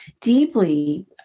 deeply